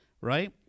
right